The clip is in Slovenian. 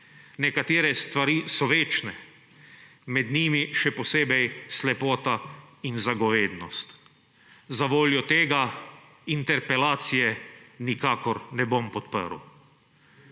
Nekatere stvari so večne. Med njimi še posebej slepota in zagovednost. Zavoljo tega interpelacije nikakor ne bom podprl.